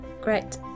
Great